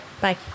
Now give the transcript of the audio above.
Bye